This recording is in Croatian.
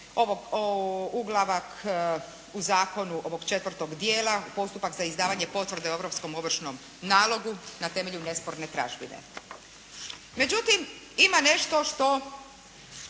u glavak u zakonu ovog četvrtog dijela je postupak za izdavanje potvrde o europskom ovršnom nalogu na temelju nesporne tražbine. Međutim, ima nešto što